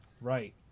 Right